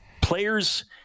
players –